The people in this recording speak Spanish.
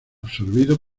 absorbido